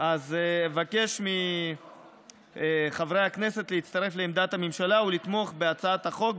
אני מבקש מחברי הכנסת להצטרף לעמדת הממשלה ולתמוך בהצעת החוק,